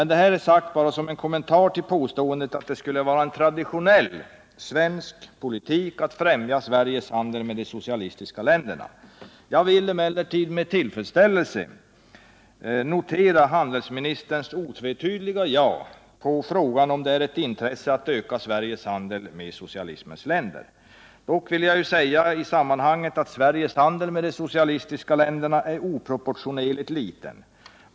Detta sagt bara som en kommentar till påståendet att det skulle vara en traditionell svensk politik att främja Sveriges handel med de socialistiska länderna. Jag vill emellertid med tillfredsställelse hälsa handelsministerns otvetydiga ja på frågan om det är ett intresse att öka Sveriges handel med de socialistiska länderna. Dock vill jag i sammanhanget säga att Sveriges handel med de socialistiska länderna är oproportionerligt liten.